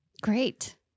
Great